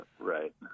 right